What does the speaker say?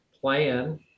plan